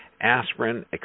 aspirin